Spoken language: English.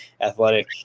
athletic